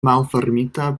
malfermita